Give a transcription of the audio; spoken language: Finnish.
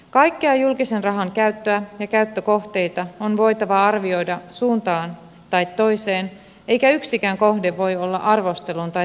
kaikkea julkisen rahan käyttöä ja käyttökohteita on voitava arvioida suuntaan tai toiseen eikä yksikään kohde voi olla arvostelun tai tarkastelun ulkopuolella